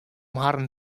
harren